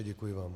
Děkuji vám.